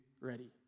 ready